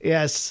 Yes